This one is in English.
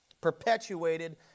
perpetuated